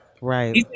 Right